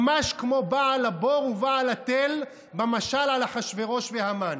ממש כמו בעל הבור ובעל התל במשל על אחשוורוש והמן.